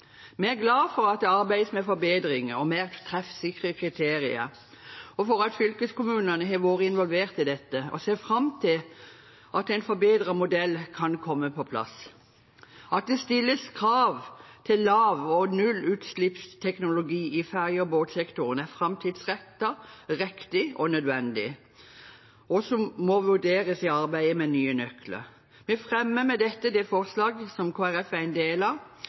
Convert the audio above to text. Vi er glad for at det arbeides med forbedringer og mer treffsikre kriterier, og for at fylkeskommunene har vært involvert i dette, og ser fram til at en forbedret modell kan komme på plass. At det stilles krav til lav- og nullutslippsteknologi i ferje- og båtsektoren, er framtidsrettet, riktig og nødvendig og må vurderes i arbeidet med nye nøkler. Jeg anbefaler med dette det forslag til vedtak som